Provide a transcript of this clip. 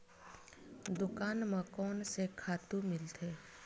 दुकान म कोन से खातु मिलथे?